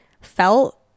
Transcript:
felt